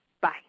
bye